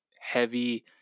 heavy